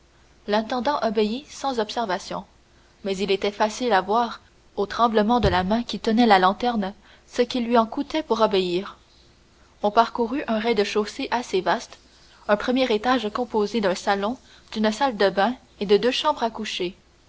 l'intendant obéit sans observation mais il était facile à voir au tremblement de la main qui tenait la lanterne ce qu'il lui en coûtait pour obéir on parcourut un rez-de-chaussée assez vaste un premier étage composé d'un salon d'une salle de bain et de deux chambres à coucher